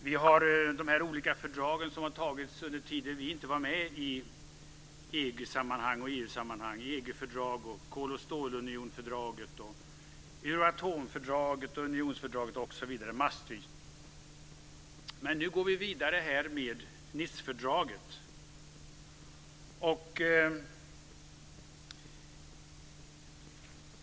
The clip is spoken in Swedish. Vi har de olika fördrag som antagits under den tid vi inte var med i EG och EU Men nu går vi vidare med Nicefördraget.